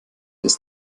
ist